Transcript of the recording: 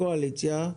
כקואליציה,